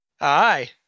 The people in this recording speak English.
Aye